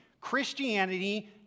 Christianity